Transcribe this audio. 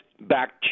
back